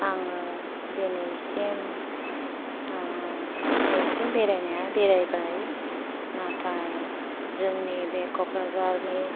आङो दिनैसिम ओह एसे बेरायनाया बेरायबाय नाथाय जोंनि बे क'क्राझारनि